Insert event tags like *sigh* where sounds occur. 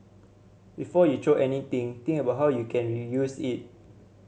before you *unintelligible* anything think about how you can reuse it